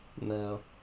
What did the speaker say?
No